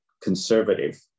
conservative